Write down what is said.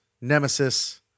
nemesis